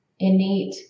Innate